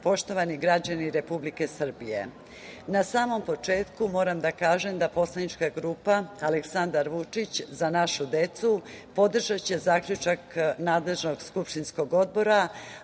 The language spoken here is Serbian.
poštovani građani Republike Srbije, na samom početku moram da kažem da poslanička grupa Aleksandar Vučić – Za našu decu podržaće zaključak nadležnog skupštinskog odbora